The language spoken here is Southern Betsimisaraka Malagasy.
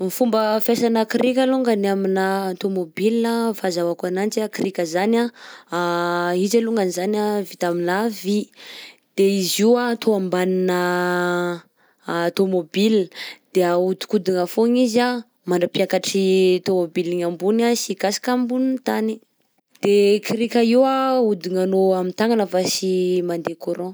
Ny fomba fiasanà krika alongany aminà tômôbila, fahazahoako ananjy anh krika zany anh izy alongany zany anh vita aminà vy, de izy io anh atao ambininà tômôbila de ahodinkodigna foagna izy anh mandrampiakatry tômôbila igny ambony anh sy hikasika ambony tany. _x000D_ De kirika io anh ahodignanao am'tagnana fa sy mandeha courant